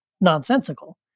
nonsensical